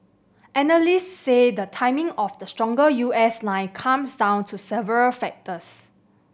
analysts say the timing of the stronger U S line comes down to several factors